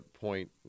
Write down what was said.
point